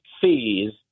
fees